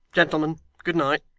gentlemen, good night